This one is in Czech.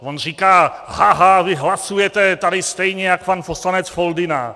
On říká: Ha, ha, vy hlasujete tady stejně jak pan poslanec Foldyna.